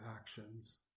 actions